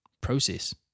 process